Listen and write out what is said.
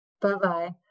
Bye-bye